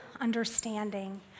understanding